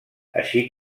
així